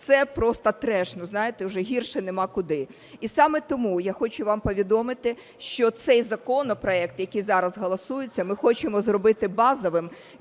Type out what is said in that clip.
Це просто треш, ну, знаєте, вже гірше нема куди. І саме тому я хочу вам повідомити, що цей законопроект, який зараз голосується, ми хочемо зробити базовим